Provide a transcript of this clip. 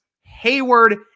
Hayward